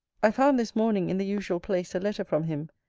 i found this morning, in the usual place, a letter from him,